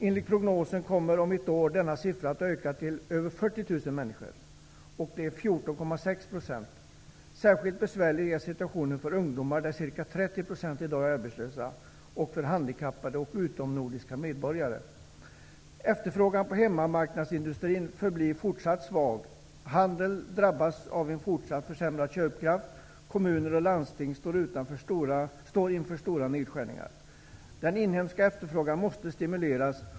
Enligt prognosen kommer denna siffra om ett år att ha ökat till mer än 40 000 människor -- 14,6 % av den arbetsföra befolkningen. Särskilt besvärlig är situationen för ungdomar, handikappade och utomnordiska medborgare, där ca 30 % i dag är arbetslösa. Efterfrågan på hemmamarknadsindustrin är fortsatt svag. Handeln drabbas av en fortsatt försämrad köpkraft. Kommuner och landsting står inför stora nedskärningar. Den inhemska efterfrågan måste stimuleras.